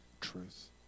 truth